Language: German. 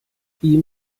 ihm